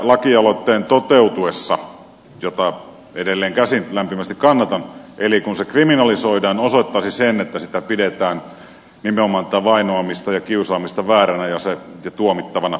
lakialoitteen toteutuminen jota edelleenkäsin lämpimästi kannatan eli vainoamisen kriminalisointi osoittaisi sen että sitä pidetään nimenomaan tätä vainoamista ja kiusaamista vääränä ja tuomittavana